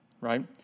Right